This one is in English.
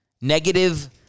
Negative